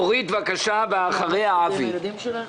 אורית, בבקשה ואחריה אבי.